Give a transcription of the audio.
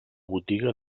botiga